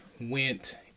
went